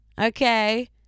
okay